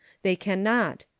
they can not.